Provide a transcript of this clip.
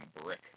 brick